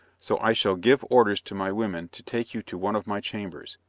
so i shall give orders to my women to take you to one of my chambers,